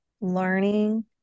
learning